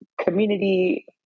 community